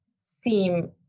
seem